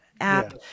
app